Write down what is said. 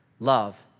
Love